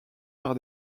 par